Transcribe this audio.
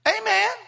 Amen